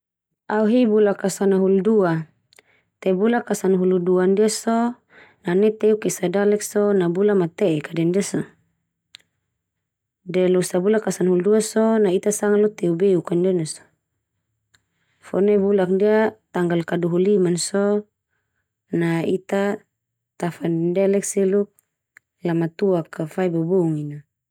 Au hi bulak ka sanahulu dua. Te bulak ka sanahulu dua ndia so na nai teuk esa dalek so na bula mate'e ka den ndia so. De losa bula ka sanahulu dua so, na ita sanga lo teu beuk ka neu ndia so. Fo nai bulak ndia tanggal ka dua hulu liman so, na ita tafandendelek seluk Lamatuak a fai bobongin na.